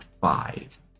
five